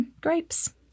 grapes